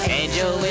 angel